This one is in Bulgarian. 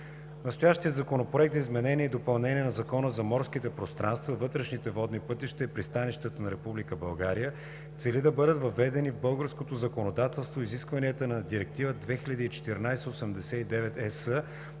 Настоящият законопроект за изменение и допълнение на Закона за морските пространства, вътрешните водни пътища и пристанищата на Република България цели да бъдат въведени в българското законодателство изискванията на Директива 2014/89/ЕС